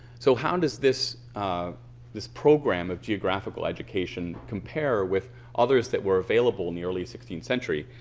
so how does this ah this program of geographical education compare with others that were available in the early sixteenth century?